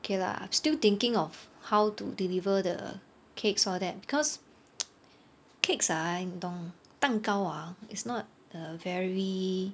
K lah still thinking of how to deliver the cakes all that because cakes ah 你懂蛋糕 ah it's not a very